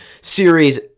series